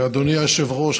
אדוני היושב-ראש,